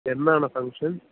എന്നാണ് ഫംഗ്ഷൻ